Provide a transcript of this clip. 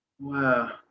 Wow